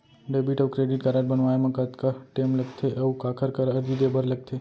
Debit अऊ credit card बनवाए मा कतका टेम लगथे, अऊ काखर करा अर्जी दे बर लगथे?